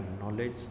knowledge